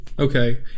Okay